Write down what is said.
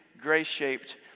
grace-shaped